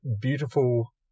beautiful